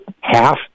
half